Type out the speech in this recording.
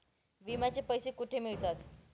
विम्याचे पैसे कुठे मिळतात?